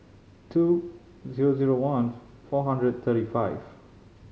two zero zero one four hundred thirty five